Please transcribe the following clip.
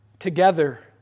together